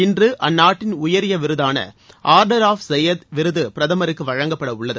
இன்று அந்நாட்டின் உயரிய விருதான ஆர்டராஃப் சையிது விருது பிரதமருக்கு வழங்கப்பட உள்ளது